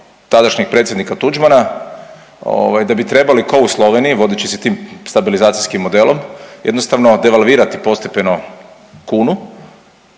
tadašnjeg predsjednika Tuđmana da bi trebali kao u Sloveniji vodeći se tim stabilizacijskim modelom jednostavno devalvirati postepeno kunu